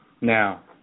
Now